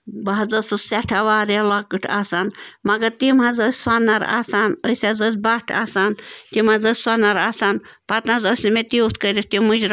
بہٕ حظ ٲسٕس سٮ۪ٹھاہ واریاہ لۄکٕٹ آسان مگر تِم حظ ٲسۍ سۄنَر آسان أسۍ حظ ٲسۍ بَٹ آسان تِم حظ ٲسۍ سۄنَر آسان پَتہٕ نَہ حظ ٲسۍ نہٕ مےٚ تیوٗت کٔرِتھ تِم مُجراہ